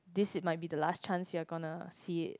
this it might be the last chance you're gonna see it